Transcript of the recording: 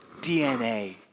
DNA